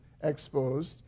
exposed